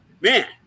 man